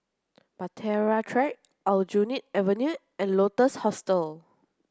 Bahtera Track Aljunied Avenue and Lotus Hostel